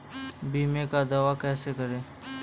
बीमे का दावा कैसे करें?